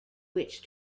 which